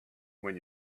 when